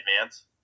Advance